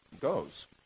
goes